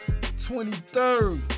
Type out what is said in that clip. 23rd